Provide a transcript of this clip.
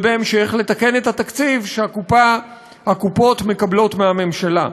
ובהמשך, לתקן את התקציב שהקופות מקבלות מהממשלה,